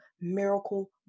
miracle